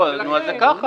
לא, אז זה ככה.